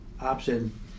option